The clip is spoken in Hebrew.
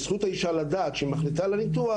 זכות האישה לדעת שאם היא מחליטה על הניתוח,